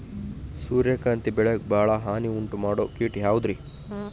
ಸೂರ್ಯಕಾಂತಿ ಬೆಳೆಗೆ ಭಾಳ ಹಾನಿ ಉಂಟು ಮಾಡೋ ಕೇಟ ಯಾವುದ್ರೇ?